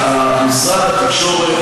שר התקשורת